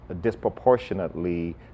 disproportionately